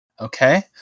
Okay